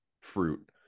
fruit